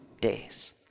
days